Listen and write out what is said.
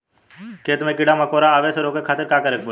खेत मे कीड़ा मकोरा के आवे से रोके खातिर का करे के पड़ी?